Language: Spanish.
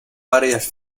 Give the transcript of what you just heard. varias